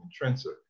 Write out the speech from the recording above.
intrinsic